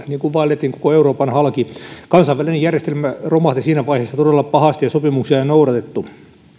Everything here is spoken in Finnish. niin kuin nyt että vaellettiin koko euroopan halki kansainvälinen järjestelmä romahti siinä vaiheessa todella pahasti ja sopimuksia ei noudatettu